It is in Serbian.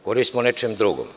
Govorili smo o nečemu drugom.